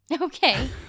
Okay